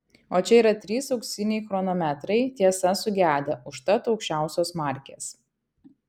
o čia yra trys auksiniai chronometrai tiesa sugedę užtat aukščiausios markės